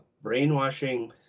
brainwashing